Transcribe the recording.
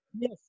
Yes